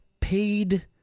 paid